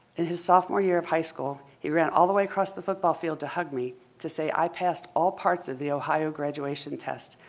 in his sophomore year of high school he ran all the way across the football field to hug me to say i passed all parts of the ohio graduation test,